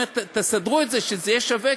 ואמר: תסדרו את זה שזה יהיה שווה,